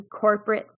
corporate